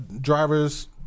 drivers